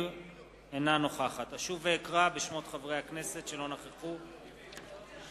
אינה נוכחת אקרא שוב בשמות חברי הכנסת שלא נכחו בסיבוב הראשון.